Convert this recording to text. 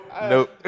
Nope